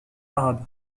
arabe